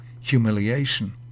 humiliation